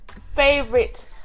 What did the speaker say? favorite